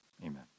Amen